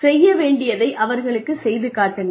செய்ய வேண்டியதை அவர்களுக்குச் செய்து காட்டுங்கள்